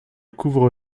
couvre